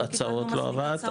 הצעות לא עבד,